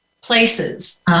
places